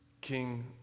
King